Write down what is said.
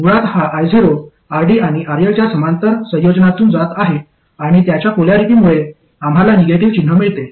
मुळात हा io RD आणि RL च्या समांतर संयोजनातून जात आहे आणि त्याच्या पोल्यारिटी मुळे आम्हाला निगेटिव्ह चिन्ह मिळते